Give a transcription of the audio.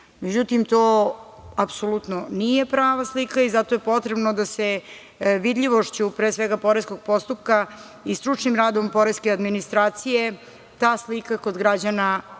međutim, to apsolutno nije prava slika i zato je potrebno da se vidljivošću pre svega poreskog postupka i stručnim radom poreske administracije ta slika kod građana i